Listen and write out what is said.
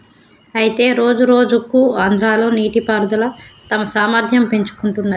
అయితే రోజురోజుకు ఆంధ్రాలో నీటిపారుదల తన సామర్థ్యం పెంచుకుంటున్నది